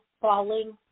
falling